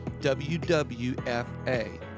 wwfa